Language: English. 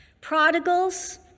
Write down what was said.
Prodigals